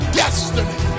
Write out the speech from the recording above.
destiny